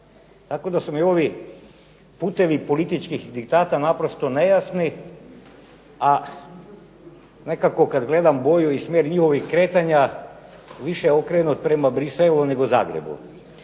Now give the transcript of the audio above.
tako da su mi ovi putevi političkih diktata naprosto nejasni. A nekako kad gledam boju i smjer njihovih kretanja više je okrenut prema Bruxellesu nego Zagrebu.